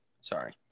sorry